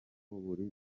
buri